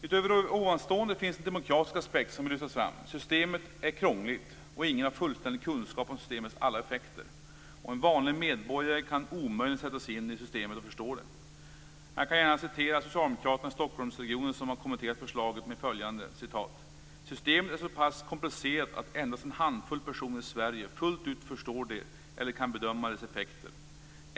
Utöver ovanstående finns det demokratiska aspekter som bör lyftas fram. Systemet är krångligt, och ingen har fullständiga kunskaper om systemets alla effekter. En vanlig medborgare kan omöjligen sätta sig in i systemet och förstå det. Jag kan gärna citera socialdemokraterna i Stockholmsregionen som har kommenterat förslaget med följande: "Systemet är så pass komplicerat att endast en handfull personer i Sverige fullt ut förstår det eller kan bedöma dess effekter.